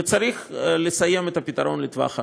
וצריך לסיים את הפתרון לטווח הארוך.